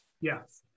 Yes